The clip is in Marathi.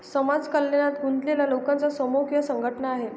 समाज कल्याणात गुंतलेल्या लोकांचा समूह किंवा संघटना आहे